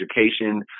education